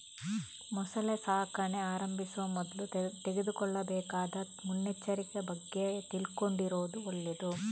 ಮೊಸಳೆ ಸಾಕಣೆ ಆರಂಭಿಸುವ ಮೊದ್ಲು ತೆಗೆದುಕೊಳ್ಳಬೇಕಾದ ಮುನ್ನೆಚ್ಚರಿಕೆ ಬಗ್ಗೆ ತಿಳ್ಕೊಂಡಿರುದು ಒಳ್ಳೇದು